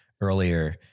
earlier